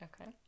Okay